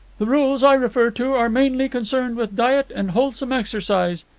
the rules i refer to are mainly concerned with diet and wholesome exercise,